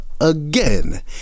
again